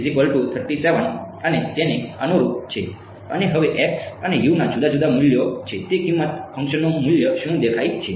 જ્યાં સાચું અને તેને અનુરૂપ છે અને હવે અને ના જુદા જુદા મૂલ્યો છે તે કિંમત ફંક્શનનું મૂલ્ય શું દેખાય છે